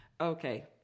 Okay